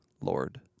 lord